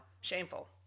shameful